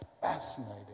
fascinating